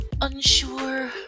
unsure